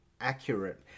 accurate